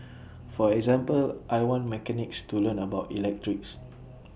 for example I want mechanics to learn about electrics